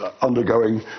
undergoing